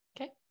Okay